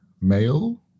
male